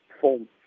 form